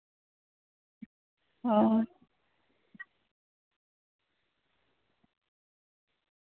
ᱦᱳᱭ